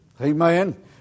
Amen